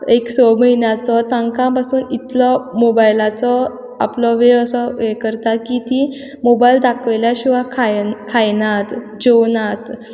एक स म्हयन्याचो तांकां बसून इतलो मोबायलाचो आपलो वेळ असो हे करता की तीं मोबायल दाखयल्या शिवाय खाय खायना जेवनात